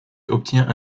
obtient